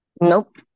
Nope